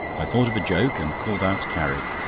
i thought of a joke, and called out carrie.